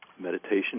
Meditation